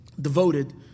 devoted